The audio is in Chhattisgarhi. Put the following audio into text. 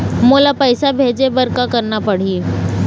मोला पैसा भेजे बर का करना पड़ही?